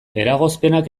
eragozpenak